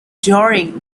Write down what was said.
during